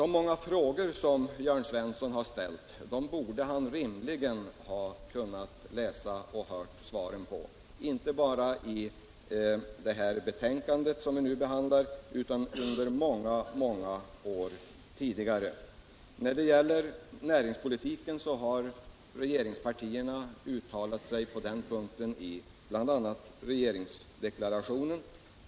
De många frågor som Jörn Svensson har ställt borde han rimligen ha kunnat skaffa sig svaren på, inte bara i det betänkande som vi nu behandlar utan många, många år tidigare. När det gäller näringspolitiken har regeringspartierna uttalat sig i bl.a. regeringsdeklarationen.